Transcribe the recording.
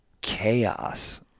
chaos